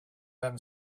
them